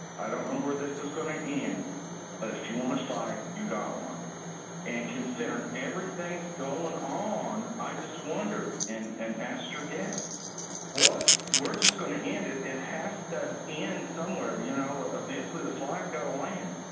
i don't know where this is going to end but if you want to fight you got one and considering everything is going on i just wondered and and asked her gasps what we're just gonna end it it has to end and somewhere, you know, ah eventually the flies got a land